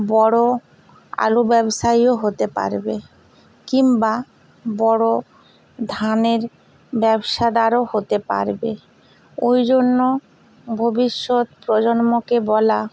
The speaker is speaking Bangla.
বড়ো আলু ব্যবসায়ীও হতে পারবে কিম্বা বড়ো ধানের ব্যবসাদারও হতে পারবে ওই জন্য ভবিষ্যৎ প্রজন্মকে বলা